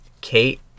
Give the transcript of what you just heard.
Kate